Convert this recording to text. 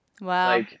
Wow